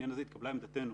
בעניין הזה התקבלה עמדתנו,